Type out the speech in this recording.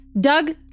Doug